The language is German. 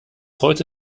heute